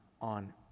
on